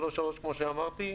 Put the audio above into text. ולא שלוש כמו שאמרתי.